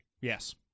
Yes